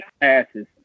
passes